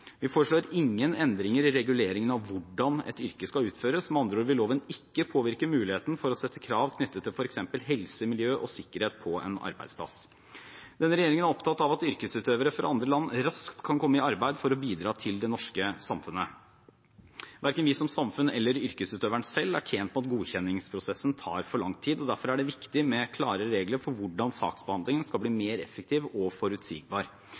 Vi foreslår ingen endringer i reguleringen av hvordan et yrke skal utføres, med andre ord vil loven ikke påvirke muligheten for å sette krav knyttet til f.eks. helse, miljø og sikkerhet på en arbeidsplass. Denne regjeringen er opptatt av at yrkesutøvere fra andre land raskt kan komme i arbeid for å bidra til det norske samfunnet. Verken vi som samfunn eller yrkesutøveren selv er tjent med at godkjenningsprosessen tar for lang tid, og derfor er det viktig med klare regler for hvordan saksbehandlingen skal bli mer effektiv og forutsigbar.